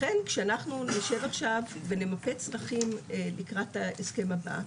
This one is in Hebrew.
לכן כשאנחנו נשב עכשיו ונמפה צרכים לקראת ההסכם הבא,